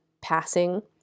passing